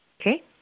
Okay